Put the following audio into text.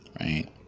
right